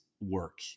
work